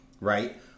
right